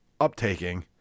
uptaking